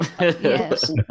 Yes